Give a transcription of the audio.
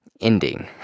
ending